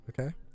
Okay